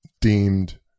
deemed